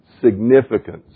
significance